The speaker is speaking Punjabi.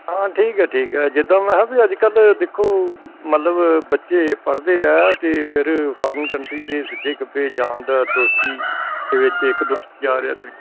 ਹਾਂ ਠੀਕ ਹੈ ਠੀਕ ਹੈ ਜਿੱਦਾਂ ਮੈਂਹਾ ਵੀ ਅੱਜ ਕੱਲ੍ਹ ਦੇਖੋ ਮਤਲਬ ਬੱਚੇ ਪੜ੍ਹਦੇ ਆ ਅਤੇ ਫਿਰ ਫੌਰਨ ਕੰਟਰੀ ਦੇ ਸੱਜੇ ਖੱਬੇ ਜਾਣ ਦਾ ਦੋਸਤੀ ਦੇ ਵਿੱਚ ਇੱਕ ਦੋਸਤ ਜਾ ਰਿਹਾ ਦੂਜਾ